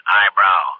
eyebrow